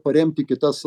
paremti kitas